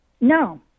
No